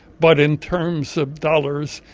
but in terms of dollars,